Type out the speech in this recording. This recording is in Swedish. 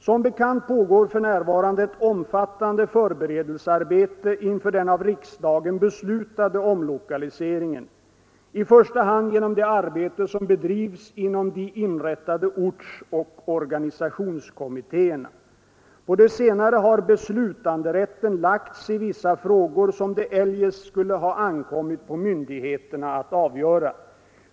Som bekant pågår för närvarande ett omfattande förberedelsearbete inför den av riksdagen beslutade omlokaliseringen — i första hand genom det arbete som bedrivs inom de inrättade ortsoch organisationskommittéerna. På de senare har beslutanderätten lagts i vissa frågor som det eljest skulle ha ankommit på myndigheterna att avgöra.